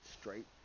straight